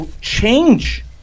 change